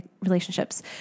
relationships